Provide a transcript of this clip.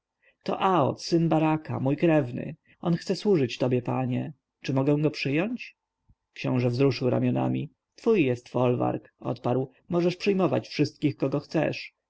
to aod syn baraka mój krewny on chce służyć tobie panie czy mogę go przyjąć książę wzruszył ramionami twój jest folwark odparł możesz przyjmować wszystkich kogo zechcesz